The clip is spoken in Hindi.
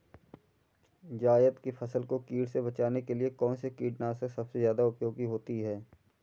जायद की फसल को कीट से बचाने के लिए कौन से कीटनाशक सबसे ज्यादा उपयोगी होती है?